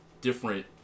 different